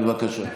בבקשה.